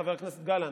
חבר הכנסת גלנט.